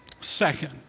Second